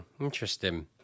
Interesting